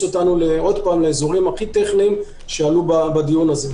אותנו לאזורים הכי טכניים שעלו בדיון הזה.